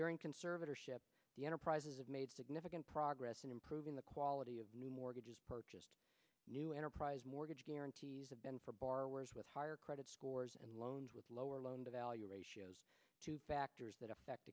during conservatorship the enterprises have made significant progress in improving the quality of new mortgages purchased new enterprise mortgage guarantees have been for borrowers with higher credit scores and loans with lower loan to value ratios to bacterias that affect